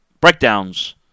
breakdowns